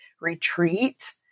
retreat